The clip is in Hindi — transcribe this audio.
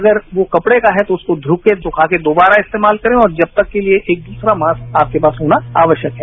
अगर वो कपड़े का है तो उसे धोकर सुखाकर दोबारा इस्तेमाल करें और जब तक के लिए एक दूसरा मास्क आपके पास होना आवश्यक है